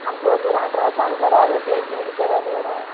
हम सोच रहे अल्ट्रसाउन्ड करा लें पेट मे भी दर्द हो रहा है